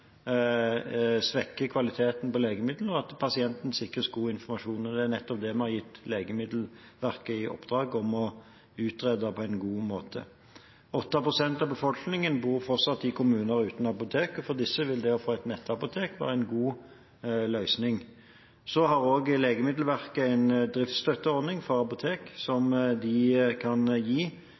svekker kvaliteten på legemidlene, og at pasienten sikres god informasjon. Det er nettopp det vi har gitt Legemiddelverket i oppdrag å utrede på en god måte. 8 pst. av befolkningen bor fortsatt i kommuner uten apotek, og for disse vil det å få et nettapotek, være en god løsning. Så har også Legemiddelverket en driftsstøtteordning for apotek. Man kan gi